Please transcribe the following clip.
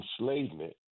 enslavement